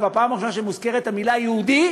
מחוסר אשמה, לא מחוסר ראיות.